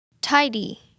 Tidy